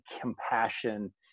compassion